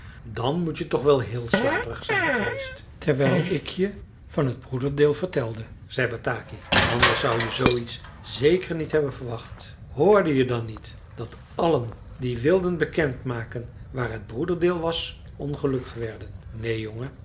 dan moet je toch wel heel slaperig zijn geweest terwijl ik je van het broederdeel vertelde zei bataki anders zou je zooiets zeker niet hebben verwacht hoorde je dan niet dat allen die wilden bekend maken waar het broederdeel was ongelukkig werden neen jongen